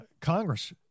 Congress